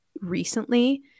recently